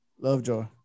Lovejoy